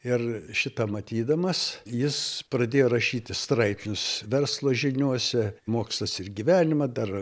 ir šitą matydamas jis pradėjo rašyti straipsnius verslo žiniose mokslas ir gyvenimą dar